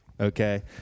okay